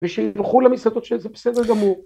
ושילכו למסעדות שלי זה בסדר גמור